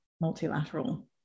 multilateral